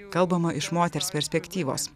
kalbama iš moters perspektyvos